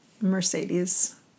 mercedes